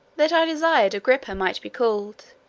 that i desired agrippa might be called,